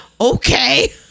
okay